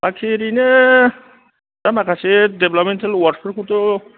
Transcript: बाखि ओरैनो आर माखासे डेभेल्भमेनटेल वार्डफोरखौथ'